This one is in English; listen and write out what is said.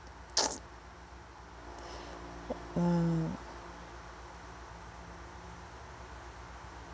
uh